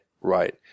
right